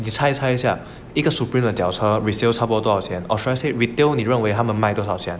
你猜猜下一个 Supreme 的脚车 resale 差不多多少钱 obviously retail in 认为他们卖多少钱